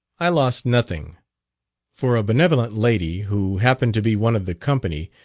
i lost nothing for a benevolent lady, who happened to be one of the company,